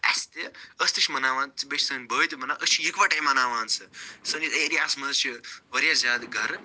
اسہِ تہِ أسۍ تہِ چھِ مناوان بیٚیہِ چھِ سٲنۍ بھٲے تہِ مناوان أسۍ چھِ یِکوَٹٕے مناوان سُہ سٲنِس ایرِیا ہَس منٛز چھِ واریاہ زیادٕ گھرٕ